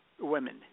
women